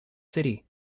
city